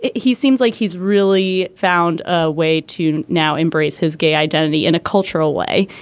he seems like he's really found a way to now embrace his gay identity in a cultural way.